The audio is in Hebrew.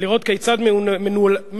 לראות כיצד מנוהלים